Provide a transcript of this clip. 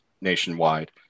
nationwide